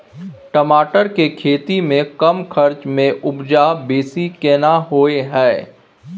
टमाटर के खेती में कम खर्च में उपजा बेसी केना होय है?